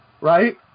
right